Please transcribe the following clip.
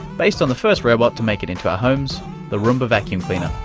based on the first robot to make it into our homes the roomba vacuum cleaner.